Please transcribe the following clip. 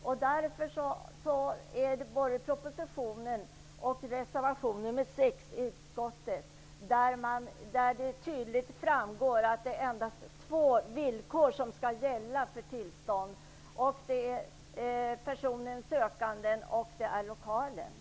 Det framgår tydligt av både propositionen och reservation 6 till utskottsbetänkandet att det är endast två villkor som skall gälla vid tillståndsprövningen, och det är den sökande och lokalen.